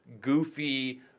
goofy